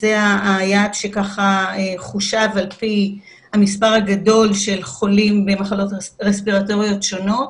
זה היעד שחושב על פי המספר הגדול של חולים במחלות רספירטוריות שונות.